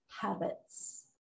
habits